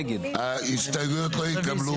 ההסתייגויות לא התקבלו.